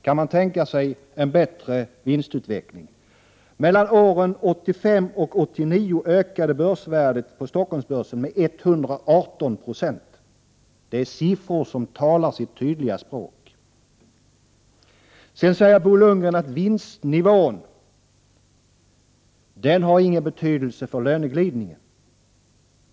Kan man tänka sig en bättre vinstutveckling! Mellan åren 1985 och 1989 ökade börsvärdet på Stockholms Fondbörs med 118 96. Det är siffror som talar sitt tydliga språk. Bo Lundgren säger att vinstnivån inte har någon betydelse för löneglidningen.